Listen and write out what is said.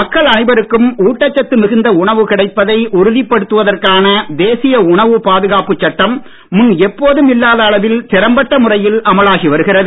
மக்கள் அனைவருக்கும் ஊட்டச் சத்து மிகுந்த உணவு கிடைப்பதை உறுதிப்படுத்துவதற்கான தேசிய உணவு பாதுகாப்பு சட்டம் முன் எப்போதும் இல்லாத அளவில் திறம்பட்ட முறையில் அமலாகி வருகிறது